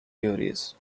theories